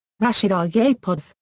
rashid aryapov,